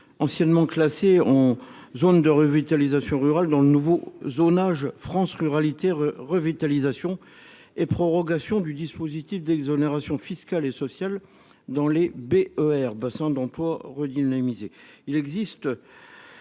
anciennement classées en zone de revitalisation rurale (ZRR) dans le nouveau zonage France Ruralités Revitalisation (FRR) et proroge le dispositif d’exonération fiscale et sociale dans les bassins d’emploi à redynamiser